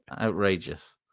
outrageous